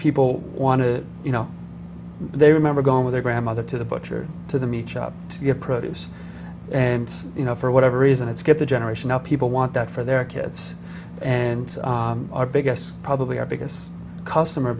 people want to you know they remember going with their grandmother to the butcher to them each up to your produce and you know for whatever reason it's get the generation of people want that for their kids and our biggest probably our biggest customer